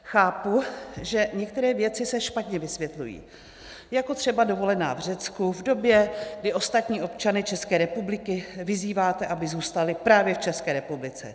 Chápu, že některé věci se špatně vysvětlují, jako třeba dovolená v Řecku v době, kdy ostatní občany České republiky vyzýváte, aby zůstali právě v České republice.